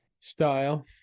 style